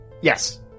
Yes